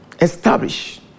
establish